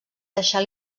deixar